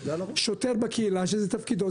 שוטר בקהילה שזה תפקידו,